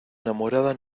enamorada